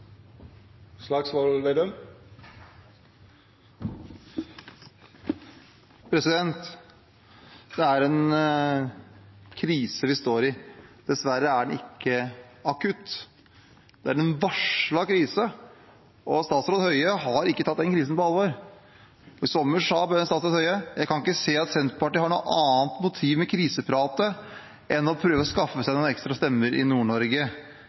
Slagsvold Vedum har hatt ordet to gonger tidlegare og får ordet til ein kort merknad, avgrensa til 1 minutt. Det er en krise vi står i. Dessverre er den ikke akutt. Det er en varslet krise, og statsråd Høie har ikke tatt den krisen på alvor. I sommer sa statsråd Høie: «Jeg kan ikke se at Senterpartiet har noe annet motiv med krisepratet enn å prøve å skaffe